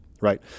right